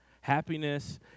Happiness